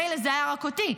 מילא זה היה רק אותי,